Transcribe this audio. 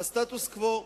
בסטטוס-קוו,